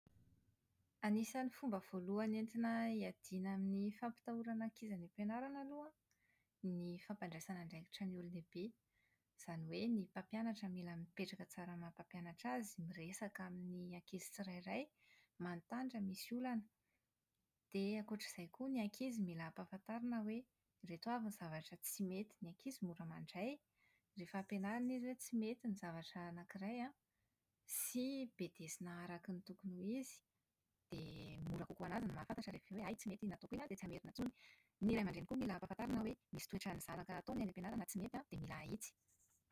Anisan'ny fomba voalohany entina hiadiana amin'ny fampitahorana ankizy any ampianarana aloha an, ny fampandraisana andraikitra ny olon-dehibe. Izany hoe ny mpampianatra mila mipetraka tsara amin'ny maha-mpampianatra azy, miresaka amin'ny ankizy tsirairay, manontany raha misy olana. Dia ankoatra izay koa, ny ankizy mila ampahafantarina hoe ireto avy ny zavatra tsy mety. Ny ankizy mora mandray, rehefa ampanarina izy hoe tsy mety ny zavatra anankiray sy bedesina araka ny tokony ho izy, dia mora kokoa ho an'azy ny mahafantatra rehefa avy eo hoe hay tsy mety iny nataoko iny an, dia tsy hamerina intsony. Ny ray aman-dreny koa mila ampahafantarina hoe misy toetran'ny zanaka ataony any am-pianarana tsy mety an dia mila ahitsy.